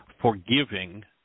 forgiving